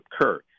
occur